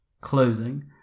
clothing